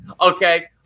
Okay